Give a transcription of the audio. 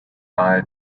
bye